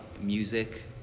music